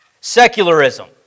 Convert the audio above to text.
Secularism